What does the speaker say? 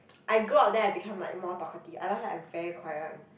I grow up there I become my more talkative I last time I'm very quiet one